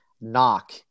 knock